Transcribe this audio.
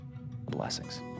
Blessings